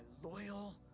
Loyal